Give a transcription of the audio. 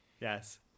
Yes